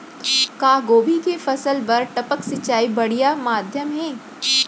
का गोभी के फसल बर टपक सिंचाई बढ़िया माधयम हे?